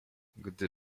gdy